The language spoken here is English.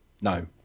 No